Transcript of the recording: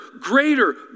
greater